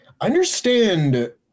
understand